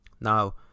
Now